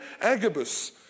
Agabus